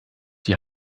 die